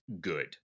good